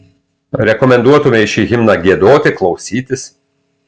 rekomenduotumei šį himną giedoti klausytis